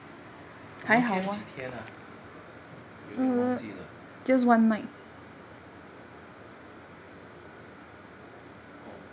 我们 camp 几天啊有点忘记了 oh